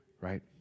right